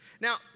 Now